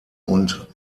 und